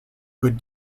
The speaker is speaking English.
good